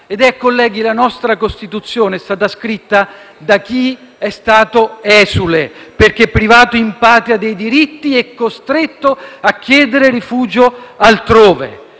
Colleghi, la nostra Costituzione è stata scritta da chi è stato esule, perché privato in patria dei diritti e costretto a chiedere rifugio altrove.